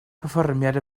perfformiad